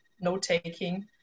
note-taking